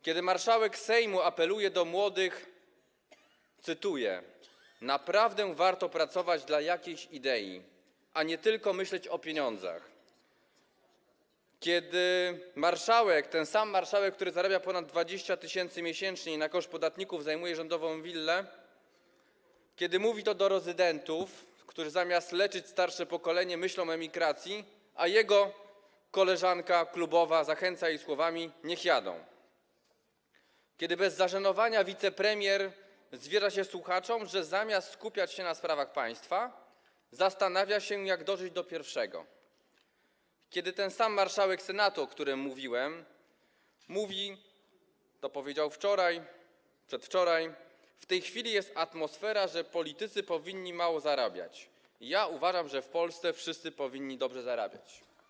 Kiedy marszałek Sejmu apeluje do młodych, cytuję: naprawdę warto pracować dla jakiejś idei, a nie tylko myśleć o pieniądzach, kiedy marszałek, ten sam marszałek, który zarabia ponad 20 tys. miesięcznie i na koszt podatników zajmuje rządową willę, mówi to do rezydentów, którzy zamiast leczyć starsze pokolenie, myślą o emigracji, a jego koleżanka klubowa zachęca ich słowami: niech jadą, kiedy wicepremier bez zażenowania zwierza się słuchaczom, że zamiast skupiać się na sprawach państwa, zastanawiał się, jak dożyć do pierwszego, kiedy ten sam marszałek Senatu, o którym mówiłem, mówi, powiedział to przedwczoraj: w tej chwili jest atmosfera, że politycy powinni mało zarabiać, ja uważam, że w Polsce wszyscy powinni dobrze zarabiać.